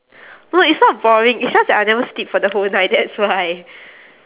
no it's not boring it's just that I never sleep for the whole night that's why